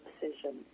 decision